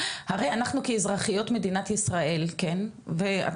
הרי אנחנו כאזרחיות מדינת ישראל ואת